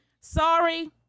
Sorry